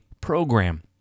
program